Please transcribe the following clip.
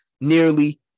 nearly